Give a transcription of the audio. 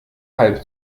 halb